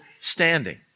standing